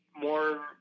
more